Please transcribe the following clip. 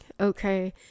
okay